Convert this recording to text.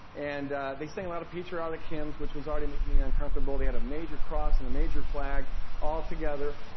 and they sang a lot of patriotic hymns, which was already making me uncomfortable. they had a major cross and a major flag all together,